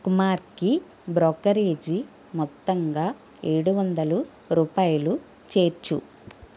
కుమార్కి బ్రోకరేజీ మొత్తంగా ఏడు వందలు రూపాయలు చేర్చుము